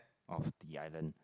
of the island